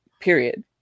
period